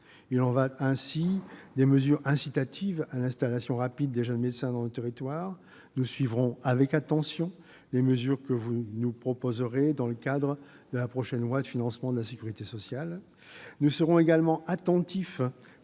Il en est ainsi des mesures incitatives à l'installation rapide des jeunes médecins dans nos territoires : nous suivrons avec attention les mesures que vous nous proposerez dans le cadre du prochain projet de loi de financement de la sécurité sociale. Plus généralement, nous